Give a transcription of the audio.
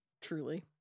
truly